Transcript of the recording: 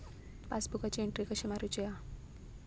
पासबुकाची एन्ट्री कशी मारुची हा?